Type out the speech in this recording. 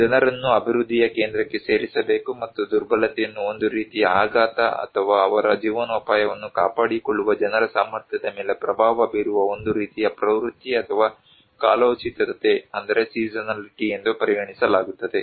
ಜನರನ್ನು ಅಭಿವೃದ್ಧಿಯ ಕೇಂದ್ರಕ್ಕೆ ಸೇರಿಸಬೇಕು ಮತ್ತು ದುರ್ಬಲತೆಯನ್ನು ಒಂದು ರೀತಿಯ ಆಘಾತ ಅಥವಾ ಅವರ ಜೀವನೋಪಾಯವನ್ನು ಕಾಪಾಡಿಕೊಳ್ಳುವ ಜನರ ಸಾಮರ್ಥ್ಯದ ಮೇಲೆ ಪ್ರಭಾವ ಬೀರುವ ಒಂದು ರೀತಿಯ ಪ್ರವೃತ್ತಿ ಅಥವಾ ಕಾಲೋಚಿತತೆ ಎಂದು ಪರಿಗಣಿಸಲಾಗುತ್ತದೆ